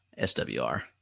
SWR